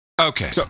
Okay